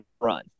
run